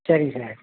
சரிங்க சார்